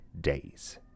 days